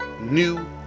new